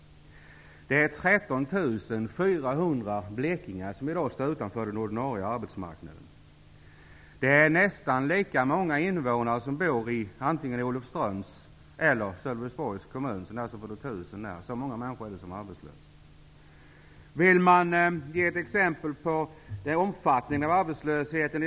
Det är 13 400 blekingar som befinner sig utanför den ordinarie arbetsmarknaden, och det är nästan lika många som invånarna i Olofströms eller Sölvesborgs kommuner. Så många människor är det som är arbetslösa.